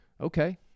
okay